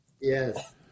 Yes